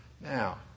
Now